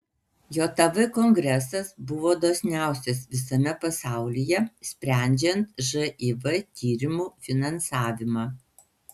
jav kongresas buvo dosniausias visame pasaulyje sprendžiant živ tyrimų finansavimą